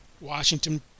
Washington